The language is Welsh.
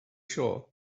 sioe